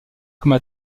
comme